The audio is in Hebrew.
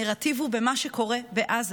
הנרטיב הוא מה שקורה בעזה,